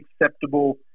acceptable